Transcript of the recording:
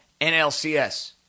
NLCS